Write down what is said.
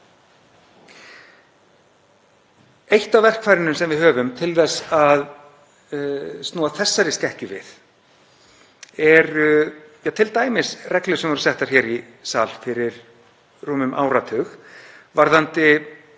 Eitt af verkfærunum sem við höfum til þess að snúa þessari skekkju við eru t.d. reglur sem voru settar hér fyrir rúmum áratug varðandi